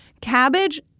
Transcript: Cabbage